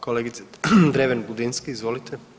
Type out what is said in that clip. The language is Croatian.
Kolegice Dreven Budinski, izvolite.